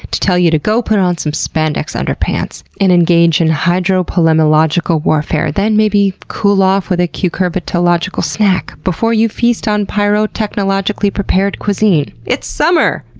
to tell you to go put on some spandex underpants, and engage in hydropolemological warfare, then cool off with a cucurbitological snack before you feast on pyrotechnologically-prepared cuisine. it's summer.